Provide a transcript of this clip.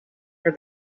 for